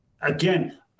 again